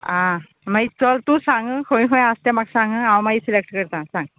आं मागीर चल तूं सांग खंय खंय आसा तें म्हाक सांग हांव माईर सिलॅक्ट करता सांग